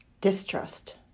distrust